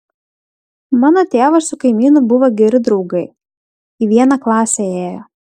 mano tėvas su kaimynu buvo geri draugai į vieną klasę ėjo